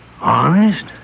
Honest